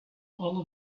all